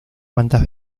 cuantas